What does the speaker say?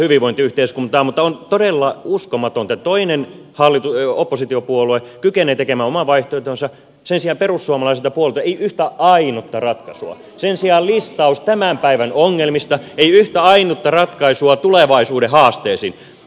on todella uskomatonta että toinen oppositiopuolue kykenee tekemään oman vaihtoehtonsa sen sijaan perussuomalaiselta puolueelta ei tule yhtä ainutta ratkaisua mutta sen sijaan on listaus tämän päivän ongelmista ei yhtä ainutta ratkaisua tulevaisuuden haasteisiin